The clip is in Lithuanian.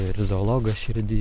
ir zoologas širdy